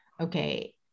okay